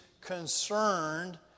concerned